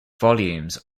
volumes